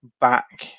back